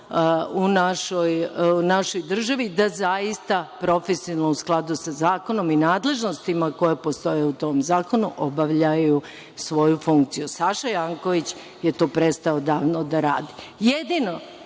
u našoj državi, da zaista profesionalno u skladu sa zakonom i nadležnostima koje postoje u tom zakonu obavljaju svoju funkciju. Saša Janković je to prestao davno da radi.